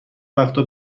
وقتها